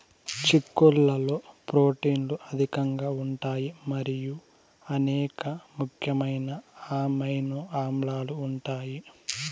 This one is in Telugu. చిక్కుళ్లలో ప్రోటీన్లు అధికంగా ఉంటాయి మరియు అనేక ముఖ్యమైన అమైనో ఆమ్లాలు ఉంటాయి